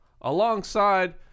alongside